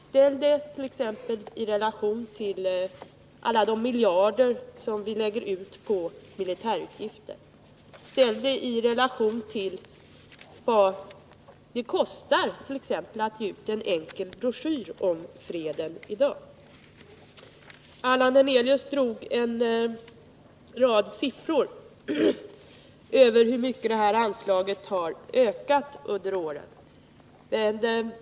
Ställ det t.ex. i relation till alla de miljarder som vi lägger ned på militärutgifter! Ställ det i relation till vad det t.ex. i dag kostar att ge ut en enkel broschyr om freden! Allan Hernelius drog en rad siffror över hur mycket det här anslaget har ökat under åren.